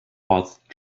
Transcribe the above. whilst